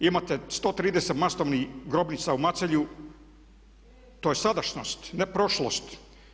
Imate 130 masovnih grobnica u Macelju, to je sadašnjost ne prošlost.